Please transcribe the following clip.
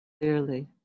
clearly